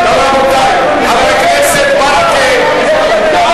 60. אם